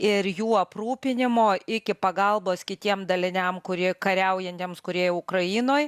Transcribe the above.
ir jų aprūpinimo iki pagalbos kitiem daliniam kurie kariaujantiems kurie ukrainoj